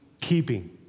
keeping